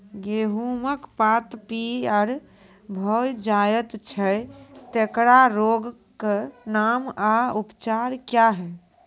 गेहूँमक पात पीअर भअ जायत छै, तेकरा रोगऽक नाम आ उपचार क्या है?